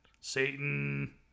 Satan